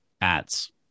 ads